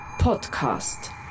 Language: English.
Podcast